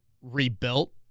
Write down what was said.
rebuilt